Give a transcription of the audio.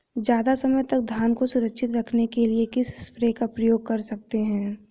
ज़्यादा समय तक धान को सुरक्षित रखने के लिए किस स्प्रे का प्रयोग कर सकते हैं?